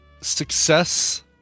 success